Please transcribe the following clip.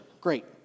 great